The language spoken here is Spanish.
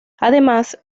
además